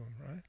right